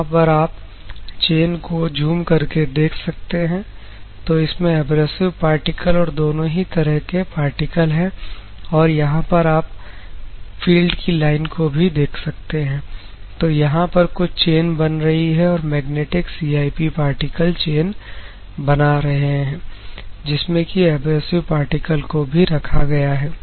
यहां पर आप चैन को जूम करके देख सकते हैं तो इसमें एब्रेसिव पार्टिकल और दोनों ही तरह के पार्टिकल है और यहां पर आप फील्ड की लाइन को भी देख सकते हैं तो यहां पर कुछ चैन बन रही है और मैग्नेटिक CIP पार्टिकल चैन बना रहे हैं जिसमें की एब्रेसिव पार्टिकल को भी रखा गया है